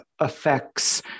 effects